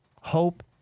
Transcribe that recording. Hope